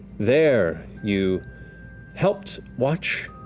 there, you helped watch